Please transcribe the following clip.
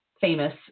famous